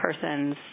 person's